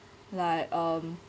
like um